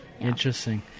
Interesting